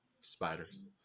spiders